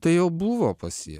tai jau buvo pas jį